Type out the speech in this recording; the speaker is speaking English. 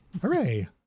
Hooray